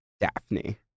Daphne